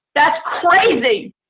that's crazy.